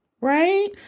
right